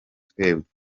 twebwe